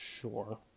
sure